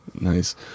Nice